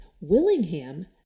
Willingham